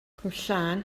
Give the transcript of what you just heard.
cwmllan